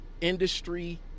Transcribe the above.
industry